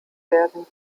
werden